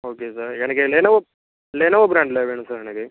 okay sir எனக்கு Lenovo Lenovo ப்ராண்ட்டில் வேணும் சார் எனக்கு